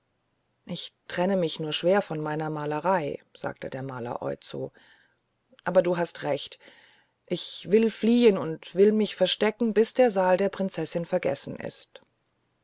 ich trenne mich nur schwer von meiner malerei sagte der maler oizo aber du hast recht ich will fliehen und will mich verstecken bis der saal der prinzessin vergessen ist